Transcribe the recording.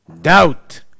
doubt